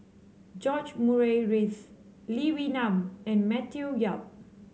George Murray Reith Lee Wee Nam and Matthew Yap